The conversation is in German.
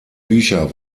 bücher